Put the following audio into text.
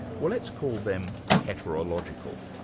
well let's call them heterological.